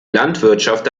landwirtschaft